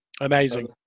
Amazing